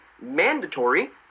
mandatory